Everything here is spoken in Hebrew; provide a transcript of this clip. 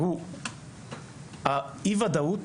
אי-ודאות